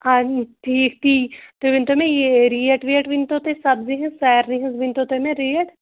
اَ ٹھیٖک تی تُہۍ ؤنۍ تو مےٚ یہِ ریٹ ویٹ ؤنتو تُہۍ سَبزی ہِنٛز سارنی ہِنٛزۍ ؤنۍ تو تُہۍ مےٚ ریٹ